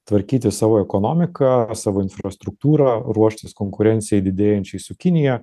tvarkyti savo ekonomiką savo infrastruktūrą ruoštis konkurencijai didėjančiai su kinija